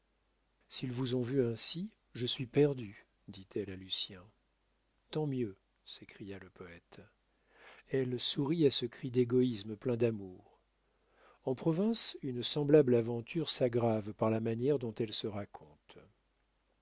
s'ils vous ont vu ainsi je suis perdue dit-elle à lucien tant mieux s'écria le poète elle sourit à ce cri d'égoïsme plein d'amour en province une semblable aventure s'aggrave par la manière dont elle se raconte